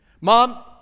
Mom